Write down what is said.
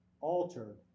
altered